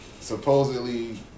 supposedly